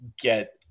get